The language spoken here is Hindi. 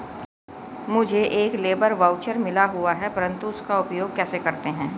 मुझे एक लेबर वाउचर मिला हुआ है परंतु उसका उपयोग कैसे करते हैं?